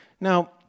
Now